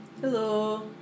Hello